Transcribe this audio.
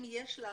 אם יש לך,